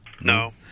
No